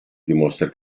dimostra